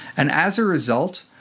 and as a result,